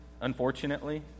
unfortunately